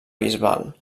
bisbal